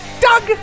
Doug